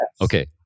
Okay